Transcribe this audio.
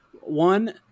One